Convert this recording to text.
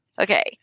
Okay